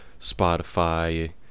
Spotify